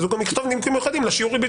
הוא גם יכתוב נימוקים מיוחדים לשיעור ריבית